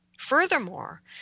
Furthermore